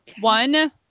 one